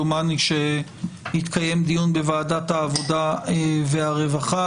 דומני שהתקיים דיון בוועדת העבודה והרווחה,